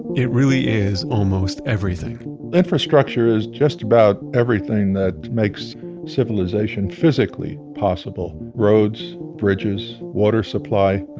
it really is almost everything infrastructure is just about everything that makes civilization physically possible, roads, bridges, water supply,